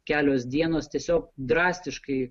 kelios dienos tiesiog drastiškai